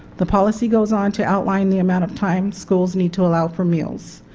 the policy goes on to outline the amount of time schools need to allow for meals.